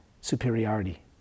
superiority